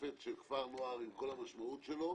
המעטפת של כפר נוער עם כל המשמעות שלו.